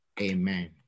Amen